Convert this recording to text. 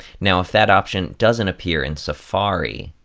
now if that option doesn't appear in safari,